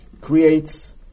creates